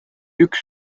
üks